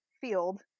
field